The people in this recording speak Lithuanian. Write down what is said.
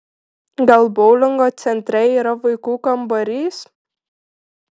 gal boulingo centre yra vaikų kambarys